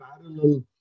parallel